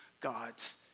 God's